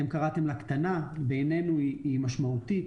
אתם קראתם לה קטנה אבל בעינינו היא משמעותית,